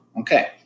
Okay